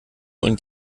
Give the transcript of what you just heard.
und